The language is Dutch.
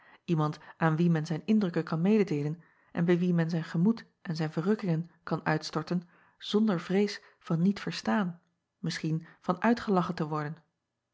iemand aan wien men zijn indrukken kan mededeelen en bij wien men zijn gemoed en zijn verrukkingen kan uitstorten zonder vrees van niet verstaan misschien van uitgelachen te worden